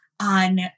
on